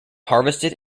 harvested